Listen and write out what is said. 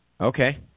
Okay